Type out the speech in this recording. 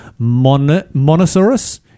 monosaurus